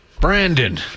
Brandon